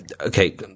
Okay